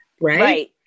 Right